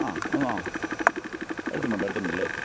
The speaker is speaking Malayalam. ആ ഒന്ന് ആ എടുത്തിട്ടുണ്ട് എടുത്തിട്ടുണ്ടല്ലെ